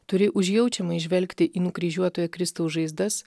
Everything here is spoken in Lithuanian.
turi užjaučiamai žvelgti į nukryžiuotojo kristaus žaizdas